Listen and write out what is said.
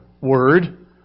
word